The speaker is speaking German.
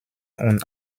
und